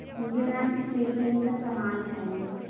مجھے ma'am stationery کا سامان چاہیے